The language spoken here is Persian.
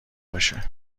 باشه